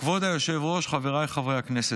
כבוד היושב-ראש, חבריי חברי הכנסת,